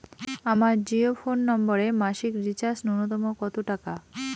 আমার জিও ফোন নম্বরে মাসিক রিচার্জ নূন্যতম কত টাকা?